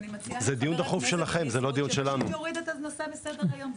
אני מציע לחבר הכנסת פשוט להוריד את הנושא מסדר-היום,